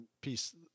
piece